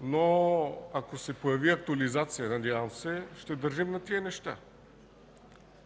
но ако се появи актуализация, надявам се, ще държим на тези неща.